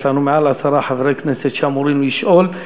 יש לנו יותר מעשרה חברי כנסת שאמורים לשאול.